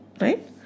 right